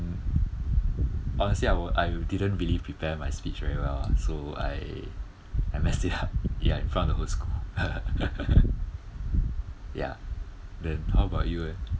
honestly I wa I didn't really prepare my speech very well lah so I I messed it up ya in front of the whole school ya then how about you leh